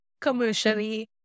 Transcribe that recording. commercially